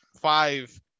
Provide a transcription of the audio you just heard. five